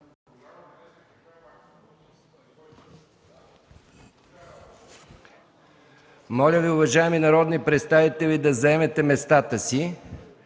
Моля Ви, уважаеми народни представители, да заемете местата си.